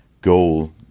goal